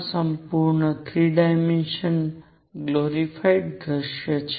આ સંપૂર્ણ 3 dimensional glorified દૃશ્ય છે